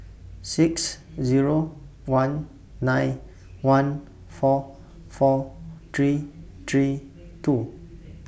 six Zero one nine one four four three three two